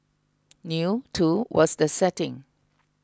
new too was the setting